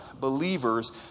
believers